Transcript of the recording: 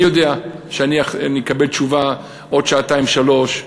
אני יודע שאני אקבל תשובה עוד שעתיים-שלוש,